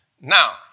Now